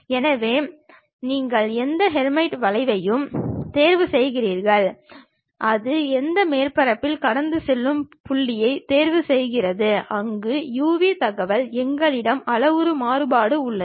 எனவே நீங்கள் எந்த ஹெர்மைட் வளைவையும் தேர்வு செய்கிறீர்கள் அது அந்த மேற்பரப்பில் கடந்து செல்லும் புள்ளியைத் தேர்வுசெய்கிறது அங்கு u v தகவல் எங்களிடம் அளவுரு மாறுபாடு உள்ளது